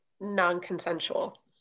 non-consensual